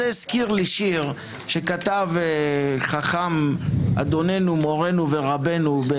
זה הזכיר לי שיר שכתב חכם אדוננו מורנו ורבנו,